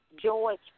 George